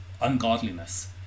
ungodliness